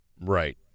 Right